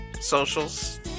socials